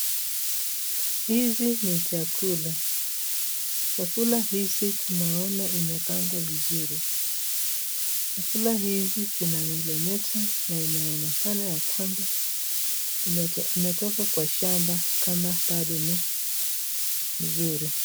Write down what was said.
Hizi ni chakula. Chakula hizi tunaona imekaangwa vizuri. Chakula hizi zinameremeta na inaonekana ya kwamba imetoka kwa shamba kama bado ni mzuri.